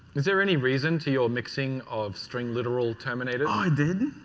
is there any reason to your mixing of string literal terminators. oh, i did.